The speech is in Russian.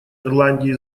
ирландии